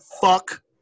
fuck